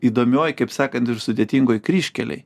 įdomioj kaip sakant ir sudėtingoj kryžkelėj